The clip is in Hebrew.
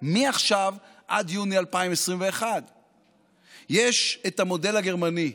מעכשיו עד יוני 2021. יש את המודל הגרמני,